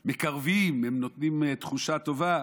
הם מקרבים, הם נותנים תחושה טובה.